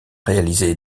réalisé